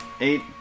Eight